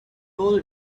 old